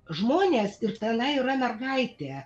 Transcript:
žmonės ir tenai yra mergaitė